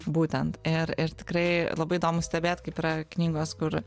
būtent ir ir tikrai labai įdomu stebėt kaip yra knygos kur